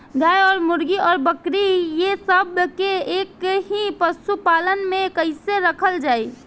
गाय और मुर्गी और बकरी ये सब के एक ही पशुपालन में कइसे रखल जाई?